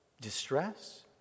Distress